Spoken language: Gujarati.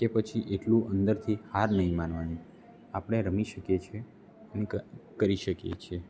કે પછી એટલું અંદરથી હાર નહીં માનવાની આપણે રમી શકીએ છીએ અને કરી શકીએ છીએ